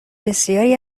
بسیاری